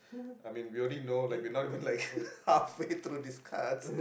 I mean we already know like we're not even like half way through these cards